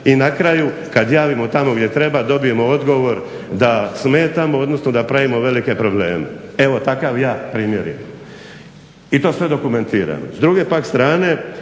I na kraju kad javimo tamo gdje treba dobijemo odgovor da smetamo, odnosno da pravimo velike probleme. Evo takav ja primjer imam i to sve dokumentirano. S druge pak strane